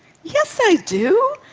yes i do.